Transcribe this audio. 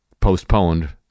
postponed